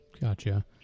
Gotcha